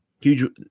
Huge